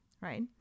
Right